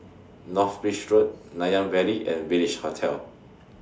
North Bridge Road Nanyang Valley and Village Hotel